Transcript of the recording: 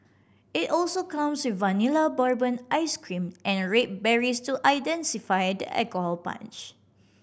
it also comes with Vanilla Bourbon ice cream and red berries to intensify the alcohol punch